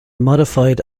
modified